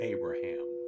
Abraham